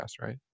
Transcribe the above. right